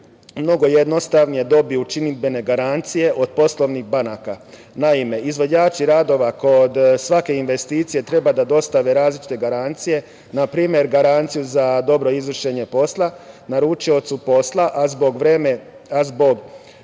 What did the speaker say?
mnogo jednostavnije dobiju činidbene garancije od poslovnih banaka. Naime, izvođači radova kod svake investicije treba da dostave različite garancije, npr. garanciju za dobro izvršenje posla naručiocu posla, a zbog